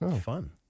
Fun